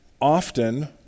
often